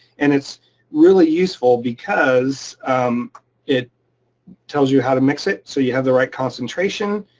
and it's really useful because it tells you how to mix it so you have the right concentration,